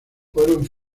fueron